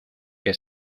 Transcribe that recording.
que